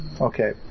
okay